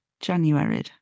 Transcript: January